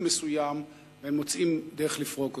מסוים והם מוצאים דרך לפרוק אותו.